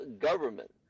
government